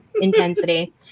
intensity